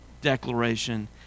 declaration